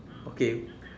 okay